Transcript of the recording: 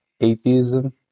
atheism